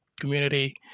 community